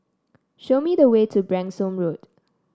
show me the way to Branksome Road